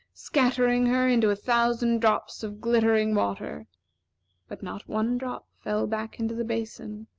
scattering her into a thousand drops of glittering water but not one drop fell back into the basin.